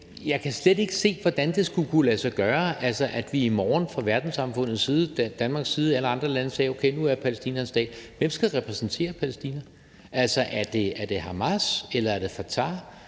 jeg kan slet ikke se, hvordan det skulle kunne lade sig gøre, altså at vi i morgen fra verdenssamfundets side, fra Danmarks side og fra alle andre landes side sagde: Okay, nu er Palæstina en stat. Hvem skal repræsentere Palæstina? Er det Hamas, eller er det Fatah?